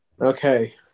Okay